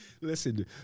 Listen